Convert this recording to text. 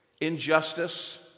injustice